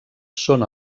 són